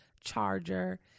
charger